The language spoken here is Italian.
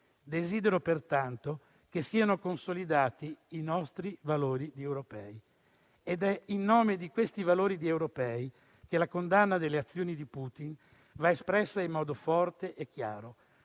Desidero pertanto che siano consolidati i nostri valori di europei». È in nome di questi valori di europei che la condanna delle azioni di Putin va espressa in modo forte e chiaro,